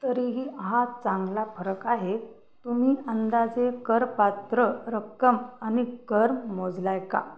तरीही हा चांगला फरक आहे तुम्ही अंदाजे करपात्र रक्कम आणि कर मोजला आहे का